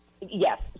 yes